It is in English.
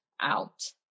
out